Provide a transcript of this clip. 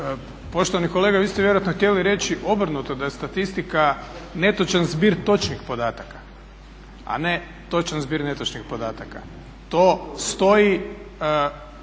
Poštovani kolega, vi ste vjerojatno htjeli reći obrnuto, da je statistika netočan zbir točnih podataka, a ne točan zbir netočnih podataka. To stoji